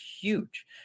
huge